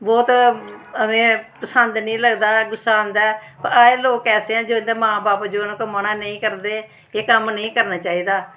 बौह्त में पसंद निं लगदा गुस्सा आंदा ऐ एह् लोक ऐसे ऐं जो इं'दे मां बब्ब मना नेईं करदे एह् कम्म नेईं करना चाहिदा